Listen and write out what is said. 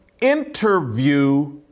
interview